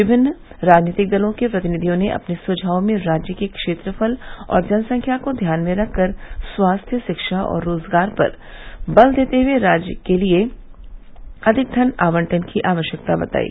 विभिन्न राजनीतिक दलों के प्रतिनिधियों ने अपने सुझाव में राज्य के क्षेत्रफल और जनसंख्या को ध्यान में रखकर स्वास्थ्य शिक्षा और रोजगार पर बले देते हुए राज्य के लिए अधिक धन आवंटन की आवश्यकता बतायी